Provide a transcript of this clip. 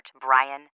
Brian